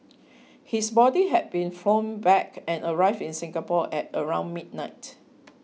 his body had been flown back and arrived in Singapore at around midnight